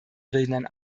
rednern